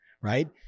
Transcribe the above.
right